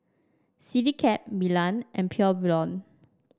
Citycab Milan and Pure Blonde